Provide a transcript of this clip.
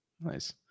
Nice